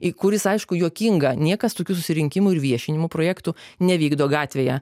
į kuris aišku juokinga niekas tokių susirinkimų ir viešinimo projektų nevykdo gatvėje